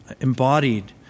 embodied